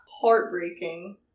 heartbreaking